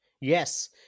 Yes